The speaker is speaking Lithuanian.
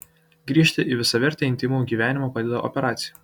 grįžti į visavertį intymų gyvenimą padeda operacija